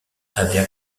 avaient